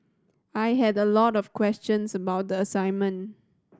I had a lot of questions about the assignment